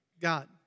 God